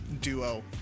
duo